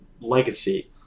legacy